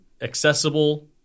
accessible